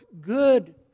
good